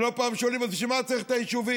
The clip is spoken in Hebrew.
ולא פעם שואלים אותי: בשביל מה צריך את היישובים?